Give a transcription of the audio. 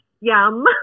Yum